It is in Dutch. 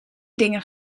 dingen